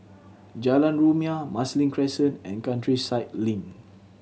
Jalan Rumia Marsiling Crescent and Countryside Link